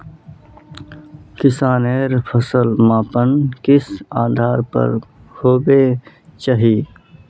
किसानेर फसल मापन किस आधार पर होबे चही?